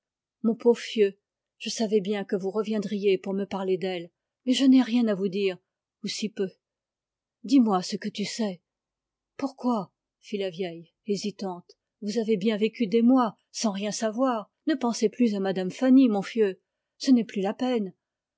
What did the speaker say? mon pauv'fieu je savais bien que vous reviendriez pour me parler d'elle mais je n'ai rien à vous dire ou si peu dis-moi ce que tu sais pourquoi fit la vieille hésitante vous avez bien vécu des mois sans rien savoir ne pensez plus à mme fanny mon fieu ça n'est plus la peine